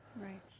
Right